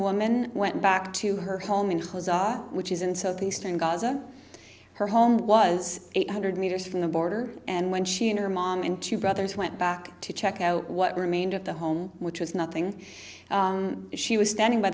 woman went back to her home and which is in southeastern gaza her home was eight hundred meters from the border and when she and her mom and two brothers went back to check out what remained of the home which was nothing she was standing by